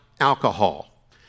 alcohol